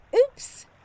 Oops